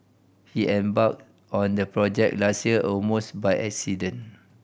he embarked on the project last year almost by accident